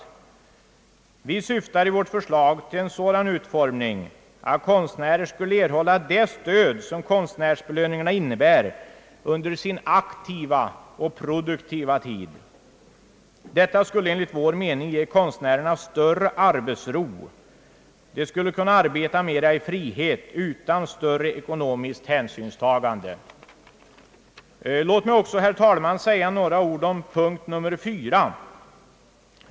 Vi syftar i vårt förslag till en sådan utformning, att konstnärer skulle erhålla det stöd, som konstnärsbelöningarna innebär, under sin aktiva och produktiva tid. Detta skulle enligt vår mening ge konstnärerna större arbetsro, de skulle kunna arbeta mera i frihet utan större ekonomiskt hänsynstagande. Låt mig, herr talman, också anföra några ord om punkt 4.